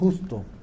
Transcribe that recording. justo